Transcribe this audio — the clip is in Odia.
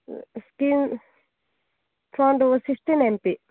ସ୍କ୍ରିନ୍ ଫ୍ରଣ୍ଟ ରହୁଛି ସିକ୍ସଟିନ୍ ଏମପି